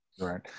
Right